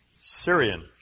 Syrian